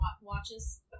watches